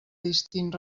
distint